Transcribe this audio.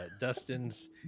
Dustin's